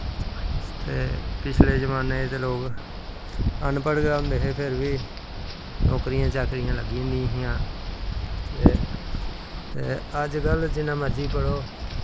ते पिछले जमानें च लोग ते अनपढ़ गै होंदे हे फिर बी नैकरियां चाक्कररियां लग्गी जंदियां हां ते अज्ज कल जिन्ने मर्जी पढ़ो